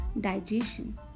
digestion